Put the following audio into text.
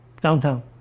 Downtown